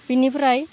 बेनिफ्राय